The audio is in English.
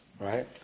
right